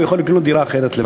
והוא יכול לקנות דירה אחרת.